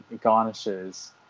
garnishes